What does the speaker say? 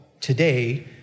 today